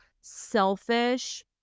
selfish